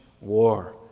war